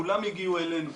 כולם הגיעו אלינו,